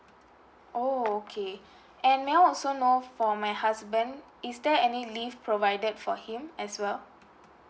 oh okay and may I also know for my husband is there any leave provided for him as well